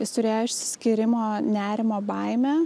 jis turėjo išsiskyrimo nerimo baimę